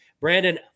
Brandon